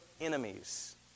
enemies